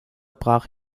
brach